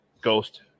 Ghost